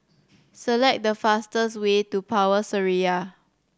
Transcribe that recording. select the fastest way to Power Seraya